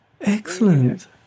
Excellent